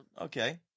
Okay